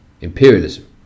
imperialism